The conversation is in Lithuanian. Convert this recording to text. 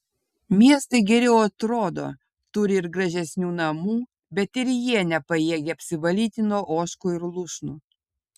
miestai geriau atrodo turi ir gražesnių namų bet ir jie nepajėgia apsivalyti nuo ožkų ir lūšnų